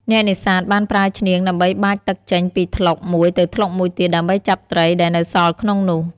អ្នកនេសាទបានប្រើឈ្នាងដើម្បីបាចទឹកចេញពីថ្លុកមួយទៅថ្លុកមួយទៀត ដើម្បីចាប់ត្រីដែលនៅសល់ក្នុងនោះ។